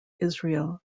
israel